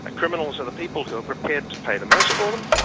ah criminals are the people who are prepared to pay the most for them,